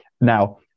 Now